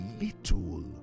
little